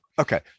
okay